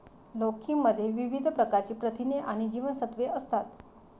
लौकी मध्ये विविध प्रकारची प्रथिने आणि जीवनसत्त्वे असतात